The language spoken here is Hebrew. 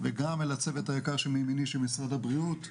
וגם אל הצוות היקר שלימיני של משרד הבריאות.